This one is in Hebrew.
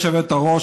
גברתי היושבת-ראש,